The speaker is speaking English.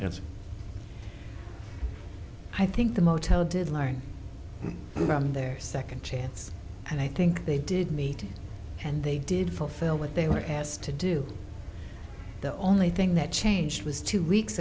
and i think the motel did line around their second chance and i think they did meet and they did fulfill what they were asked to do the only thing that changed was two weeks